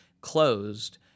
Closed